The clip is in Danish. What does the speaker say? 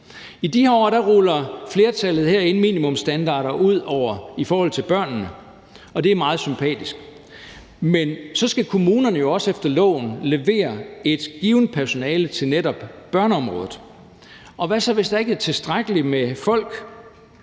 I de her år ruller flertallet herinde minimumsstandarder ud i forhold til børnene, og det er meget sympatisk. Men så skal kommunerne jo også efter loven levere et givent personale til netop børneområdet. Og hvad så, hvis der ikke er tilstrækkeligt med folk?